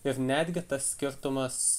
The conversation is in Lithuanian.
ir netgi tas skirtumas